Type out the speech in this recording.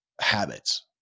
habits